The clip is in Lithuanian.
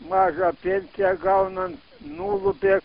mažą pėnsiją gaunan nulupė